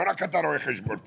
לא רק אתה רואה חשבון כאן.